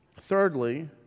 Thirdly